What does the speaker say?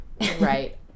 Right